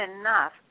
enough